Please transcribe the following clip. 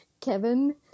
Kevin